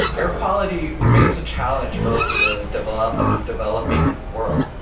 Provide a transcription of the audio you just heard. air quality remains a challenge, both in the developed and developing world.